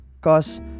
cause